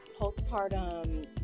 postpartum